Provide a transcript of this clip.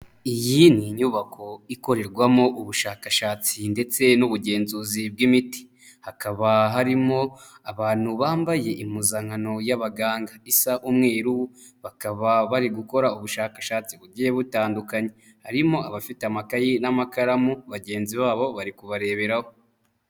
Iyi ni inyubako ikorerwamo ubushakashatsi ndetse n'ubugenzuzi bw'imiti. Hakaba harimo abantu bambaye impuzankano y'abaganga isa umweru, bakaba bari gukora ubushakashatsi bugiye butandukanye. Harimo abafite amakayi n'amakaramu, bagenzi babo bari kubareberaho.